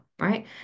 right